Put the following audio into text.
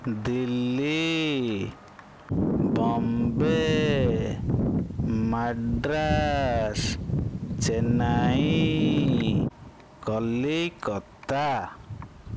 Delhi Bombay Madras Chennai Calcutta